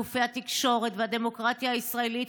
גופי התקשורת והדמוקרטיה הישראלית,